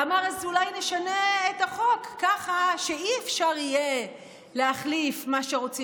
אמר: אז אולי נשנה את החוק כך שאי-אפשר יהיה להחליף מה שרוצים?